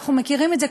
אנחנו מכירים את זה,